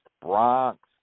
Bronx